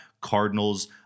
Cardinals